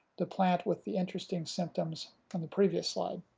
the plant with the interesting symptoms from the previous slide.